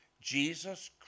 Jesus